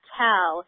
tell